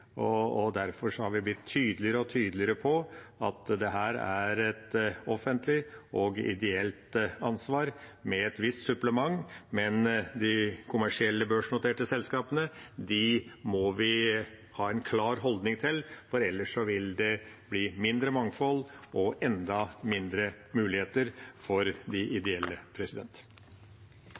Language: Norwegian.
og derfor har vi blitt tydeligere og tydeligere på at dette er et offentlig og ideelt ansvar med et visst supplement. Men de kommersielle børsnoterte selskapene må vi ha en klar holdning til, for ellers vil det bli mindre mangfold og enda færre muligheter for de ideelle.